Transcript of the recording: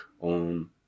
on